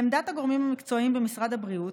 לעמדת הגורמים המקצועיים במשרד הבריאות,